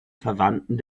verwandten